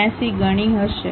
82 ગણિ હશે